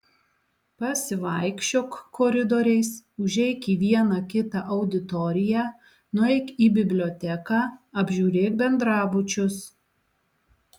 pasivaikščiok koridoriais užeik į vieną kitą auditoriją nueik į biblioteką apžiūrėk bendrabučius